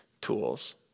tools